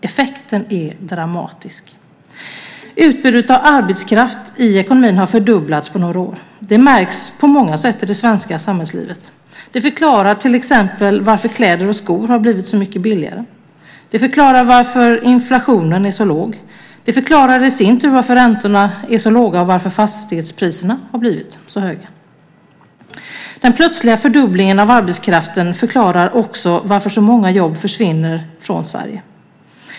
Effekten är dramatisk. Utbudet av arbetskraft i ekonomin har fördubblats på några år. Det märks på många sätt i det svenska samhällslivet. Det förklarar till exempel varför kläder och skor har blivit så mycket billigare. Det förklarar varför inflationen är så låg. Det förklarar i sin tur varför räntorna är så låga och varför fastighetspriserna har blivit så höga. Den plötsliga fördubblingen av arbetskraften förklarar också varför så många jobb försvinner från Sverige.